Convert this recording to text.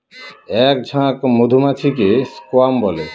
এক ঝাঁক মধুমাছিকে স্বোয়াম বলে